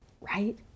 right